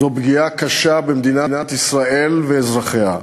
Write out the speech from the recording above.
זו פגיעה קשה במדינת ישראל ואזרחיה.